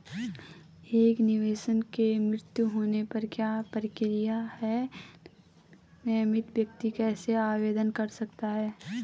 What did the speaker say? एक निवेशक के मृत्यु होने पर क्या प्रक्रिया है नामित व्यक्ति कैसे आवेदन कर सकता है?